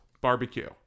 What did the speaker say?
barbecue